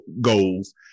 goals